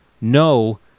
no